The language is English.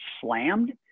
slammed